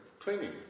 Training